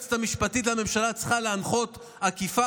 היועצת המשפטית לממשלה צריכה להנחות לאכיפה